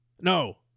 No